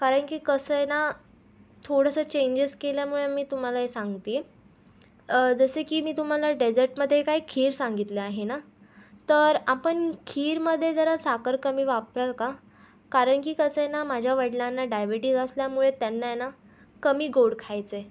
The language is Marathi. कारण की कसं आहे ना थोडंसं चेंजेस केल्यामुळे मी तुम्हाला हे सांगते आहे जसं की मी तुम्हाला डेजर्टमध्ये काय खीर सांगितलं आहे ना तर आपण खीरमध्ये जरा साखर कमी वापराल का कारण की कसं आहे ना माझ्या वडिलांना डायबीटीज असल्यामुळे त्यांना आहे ना कमी गोड खायचं आहे